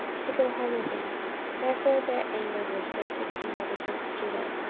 to go home again wherefore their anger was greatly kindled against judah,